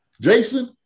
Jason